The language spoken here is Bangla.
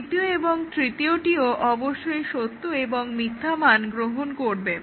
দ্বিতীয় এবং তৃতীয়টিও অবশ্যই সত্য এবং মিথ্যা মান গ্রহণ করবে